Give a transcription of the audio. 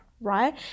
right